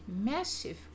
massive